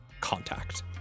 Contact